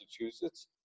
Massachusetts